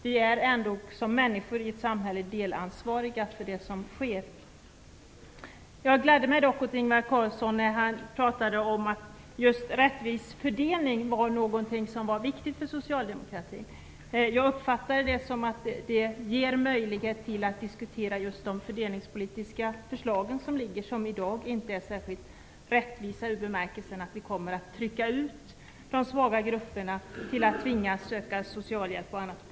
Vi är ändå som människor i ett samhälle delansvariga för det som sker. Jag gladde mig dock när Ingvar Carlsson sade att rättvis fördelning är viktig för socialdemokratin. Jag uppfattar detta som att det ger möjlighet till att diskutera de fördelningspolitiska förslag som i dag inte är särskilt rättvisa i bemärkelsen att de svaga grupperna kommer att tvingas söka socialhjälp.